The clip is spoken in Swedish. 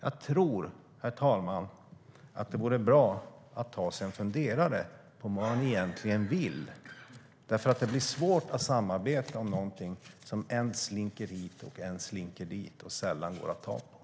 Jag tror, herr ålderspresident, att det vore bra att ta sig en funderare på vad man egentligen vill. Det blir svårt att samarbeta om något som än slinker hit och än slinker dit och sällan går att ta på.